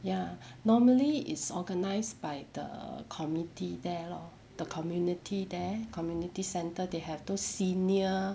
ya normally is organised by the committee there lor the community their community centre they have those senior